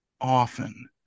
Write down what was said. often